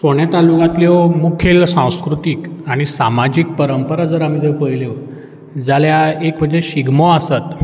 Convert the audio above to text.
फोंडें तालुक्यांतल्यो मुखेल सांस्कृतीक आनी सामाजीक परंपरा जर आमी जर पयल्यो जाल्यार एक म्हणजे शिगमो आसत